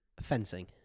Fencing